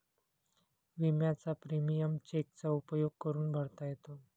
विम्याचा प्रीमियम चेकचा उपयोग करून भरता येतो